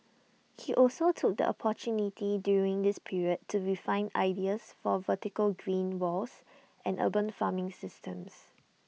he also took the opportunity during this period to refine ideas for vertical green walls and urban farming systems